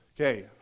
okay